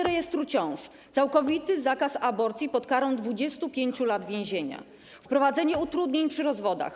rejestru ciąż, całkowity zakaz aborcji pod karą 25 lat więzienia, wprowadzenie utrudnień przy rozwodach.